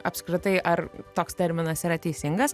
apskritai ar toks terminas yra teisingas